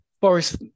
Boris